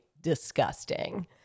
disgusting